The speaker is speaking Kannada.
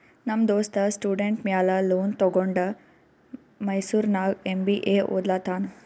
ನಮ್ ದೋಸ್ತ ಸ್ಟೂಡೆಂಟ್ ಮ್ಯಾಲ ಲೋನ್ ತಗೊಂಡ ಮೈಸೂರ್ನಾಗ್ ಎಂ.ಬಿ.ಎ ಒದ್ಲತಾನ್